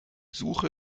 suche